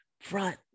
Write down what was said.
Front